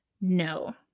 No